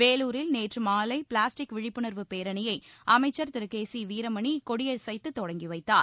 வேலூரில் நேற்று மாலை பிளாஸ்டிக் விழிப்புணர்வு பேரணியை அமைச்சர் திரு கே சி வீரமணி கொடியசைத்து தொடங்கி வைத்தார்